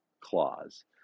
clause